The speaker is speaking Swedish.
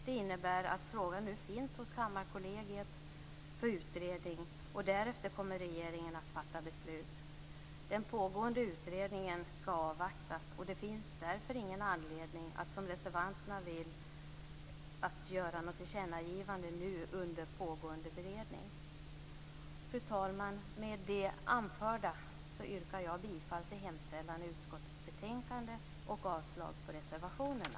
Det innebär att frågan nu finns hos Kammarkollegiet för utredning, och därefter kommer regeringen att fatta beslut. Den pågående utredningen skall avvaktas. Det finns därför ingen anledning att som reservanterna vill göra något tillkännagivande nu under pågående beredning. Fru talman! Med det anförda yrkar jag bifall till hemställan i utskottets betänkande och avslag på reservationerna.